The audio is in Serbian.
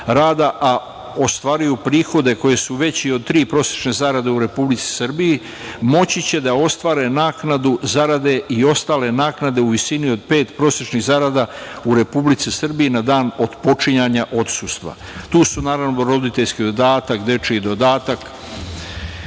a ostvaruju prihode koji su veći od tri prosečne zarade u Republici Srbiji moći će da ostvare naknadu zarade i ostale naknade u visini od pet prosečnih zarada u Republici Srbiji na dan otpočinjanja odsustva. Tu su, naravno, roditeljski dodatak, dečiji dodatak. Takođe,